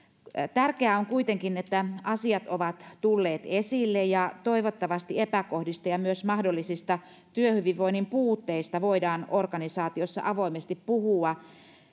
tärkeää on kuitenkin että asiat ovat tulleet esille ja toivottavasti epäkohdista ja myös mahdollisista työhyvinvoinnin puutteista voidaan organisaatiossa avoimesti puhua